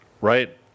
right